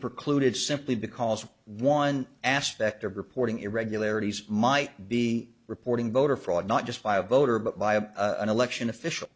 precluded simply because one aspect of reporting irregularities might be reporting voter fraud not just by a voter but by a lection official